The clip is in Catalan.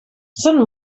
són